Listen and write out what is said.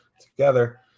together